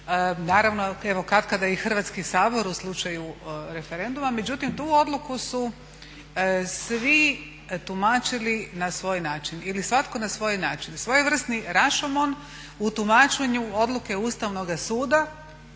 naravno evo katkada i Hrvatski sabor u slučaju referenduma. Međutim, tu odluku su svi tumačili na svoj način ili svatko na svoj način. Svojevrsni rašomon u tumačenju odluke Ustavnoga suda